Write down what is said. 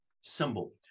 symbol